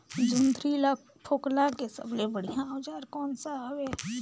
जोंदरी ला फोकला के सबले बढ़िया औजार कोन सा हवे?